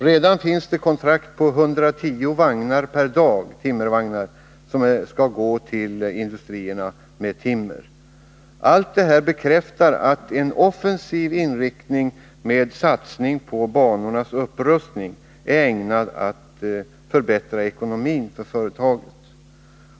Redan finns det kontrakt på 110 vagnar per dag som skall gå till industrierna med timmer. Allt detta bekräftar att en offensiv inriktning med satsningar på banornas upprustning är ägnad att förbättra ekonomin för företaget.